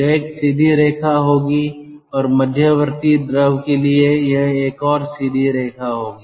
यह एक सीधी रेखा होगी और मध्यवर्ती द्रव के लिए यह एक और सीधी रेखा होगी